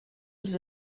els